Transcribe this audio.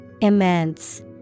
immense